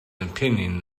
opinion